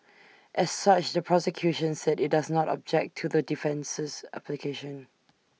as such the prosecution said IT does not object to the defences application